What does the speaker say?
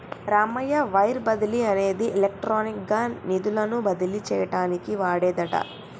Ramayya wire బదిలీ అనేది electronic గా నిధులను బదిలీ చేయటానికి వాడేదట